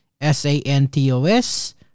s-a-n-t-o-s